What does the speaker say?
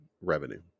revenue